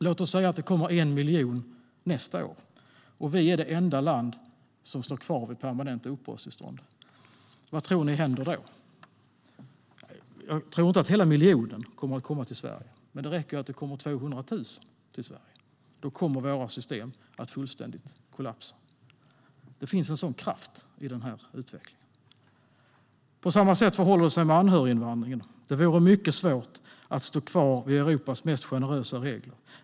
Låt oss säga att det kommer 1 miljon nästa år och vi är det enda land som står kvar vid permanenta uppehållstillstånd. Vad tror ni händer då? Jag tror inte att hela miljonen kommer till Sverige, men det räcker ju att det kommer 200 000 till Sverige. Då kommer våra system att fullständigt kollapsa. Det finns en sådan kraft i den här utvecklingen. På samma sätt förhåller det sig med anhöriginvandringen. Det vore mycket svårt att stå kvar vid Europas mest generösa regler.